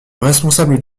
responsable